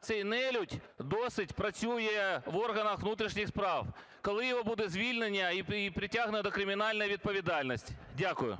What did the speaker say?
цей нелюд досі працює в органах внутрішніх справ? Коли його буде звільнено і притягнено до кримінальної відповідальності? Дякую.